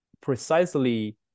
precisely